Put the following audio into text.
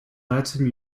latin